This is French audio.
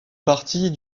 partie